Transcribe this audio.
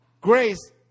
grace